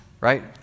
right